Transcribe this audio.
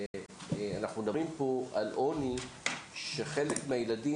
אנחנו מדברים פה על עוני שחלק מהילדים